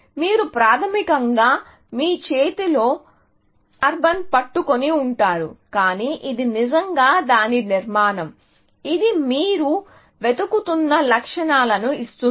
మీరు ప్రాథమికంగా మీ చేతిలో కార్బన్ పట్టుకొని ఉంటారు కానీ ఇది నిజంగా దాని నిర్మాణం ఇది మీరు వెతుకుతున్న లక్షణాలను ఇస్తుంది